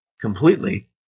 completely